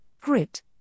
Grit